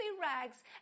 rags